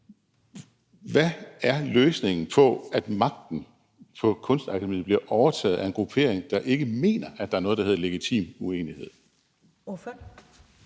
Hvad er løsningen på, at magten på Kunstakademiet bliver overtaget af en gruppering, der ikke mener, at der er noget, der hedder legitim uenighed?